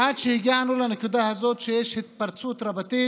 עד שהגענו לנקודה הזאת שיש התפרצות רבתי